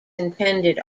intended